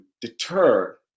deter